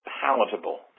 palatable